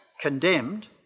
condemned